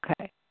Okay